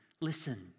listen